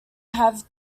have